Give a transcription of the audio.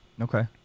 Okay